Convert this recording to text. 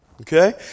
okay